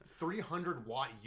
300-watt